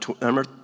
Number